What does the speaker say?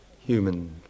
human